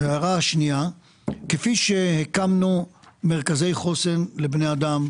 ההערה השנייה היא שכפי שהקמנו מרכזי חוסן לבני אדם,